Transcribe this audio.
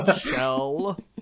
shell